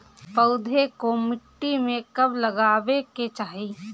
पौधे को मिट्टी में कब लगावे के चाही?